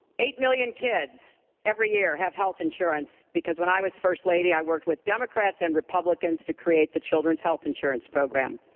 eight million kids every year have health insurance because when i was first lady i worked with democrats and republicans to create the children's health insurance program.